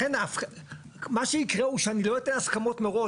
לכן, מה שיקרה הוא שאני לא אתן הסכמות מראש.